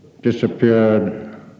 disappeared